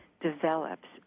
develops